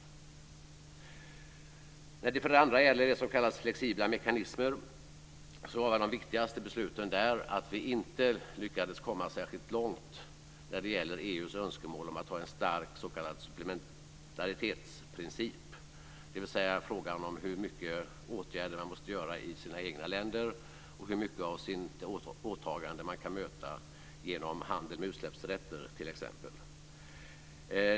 När det gäller det som kallas flexibla mekanismer var de viktigaste besluten att vi inte lyckades komma särskilt långt i fråga om EU:s önskemål att ha en stark s.k. supplementaritetsprincip, dvs. frågan om hur mycket åtgärder man måste vidta i sina egna länder och hur mycket av sitt åtagande man kan möta t.ex.